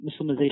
Muslimization